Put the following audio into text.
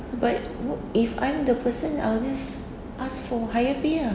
but if I'm the person I'll just ask for higher pay ah